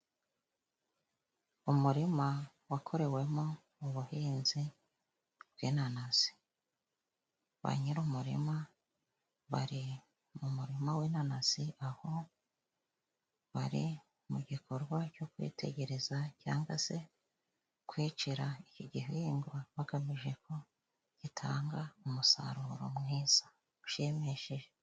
Umurima wakorewemo ubuhinzi bw'inanasi. Ba nyiri umurima bari mu murima w'inanasi aho bari mu gikorwa cyo kwitegereza cyangwa se kwicira iki gihingwa bagamije ko gitanga umusaruro mwiza ushimishije.